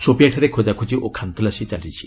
ସୋପିଆଁଠାରେ ଖୋଜାଖୋଜି ଓ ଖାନ୍ତଲାସୀ ଚାଲିଛି